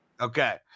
okay